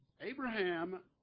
Abraham